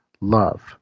love